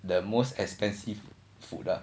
the most expensive food lah